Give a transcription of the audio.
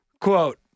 Quote